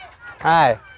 Hi